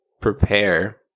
prepare